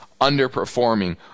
underperforming